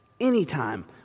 Anytime